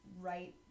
right